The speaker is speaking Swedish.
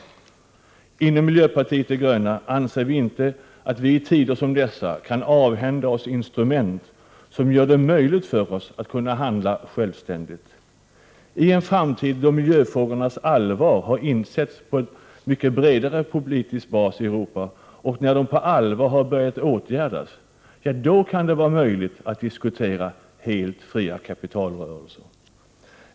Vi inom miljöpartiet de gröna anser inte att vi i tider som dessa kan avhända oss instrument som gör det möjligt för oss att handla självständigt. I en framtid då miljöfrågornas allvar har insetts på en mycket bredare politisk bas i Europa och när de på allvar har börjat åtgärdas, kan det vara möjligt att diskutera helt fria kapitalrörelser.